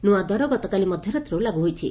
ନୂଆ ଦର ଗତକାଲି ମଧ୍ଘରାତ୍ରରୁ ଲାଗୁ ହୋଇଛି